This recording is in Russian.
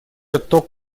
отток